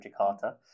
Jakarta